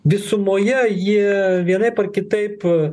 visumoje jie vienaip ar kitaip